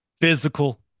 Physical